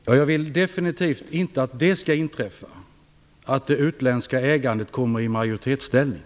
Fru talman! Jag vill definitivt inte att det skall inträffa, att det utländska ägandet kommer i majoritetsställning.